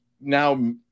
now